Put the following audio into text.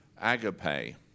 agape